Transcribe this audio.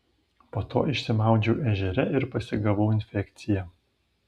po to išsimaudžiau ežere ir pasigavau infekciją